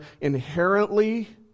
inherently